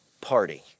party